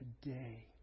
today